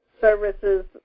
services